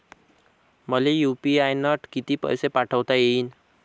मले यू.पी.आय न किती पैसा पाठवता येईन?